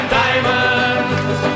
diamonds